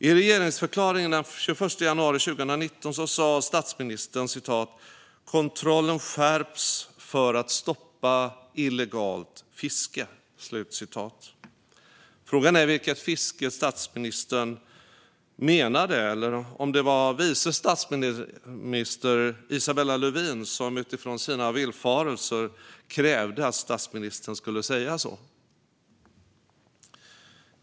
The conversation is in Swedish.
I regeringsförklaringen den 21 januari 2019 sa statsministern: "Kontrollen skärps för att stoppa illegalt fiske." Frågan är vilket fiske statsministern menade. Eller var det vice statsminister Isabella Lövin som utifrån sina villfarelser krävde att statsministern skulle säga så?